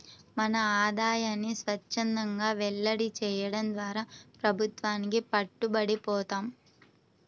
మన ఆదాయాన్ని స్వఛ్చందంగా వెల్లడి చేయడం ద్వారా ప్రభుత్వానికి పట్టుబడి పోతాం